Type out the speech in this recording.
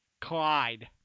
Clyde